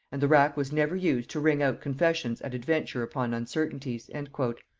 and the rack was never used to wring out confessions at adventure upon uncertainties. and